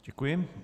Děkuji.